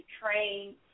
train